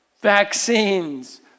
vaccines